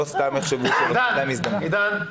עידן,